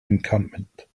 encampment